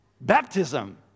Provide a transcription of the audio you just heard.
Baptism